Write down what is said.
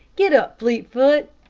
get up, fleetfoot.